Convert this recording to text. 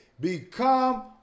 become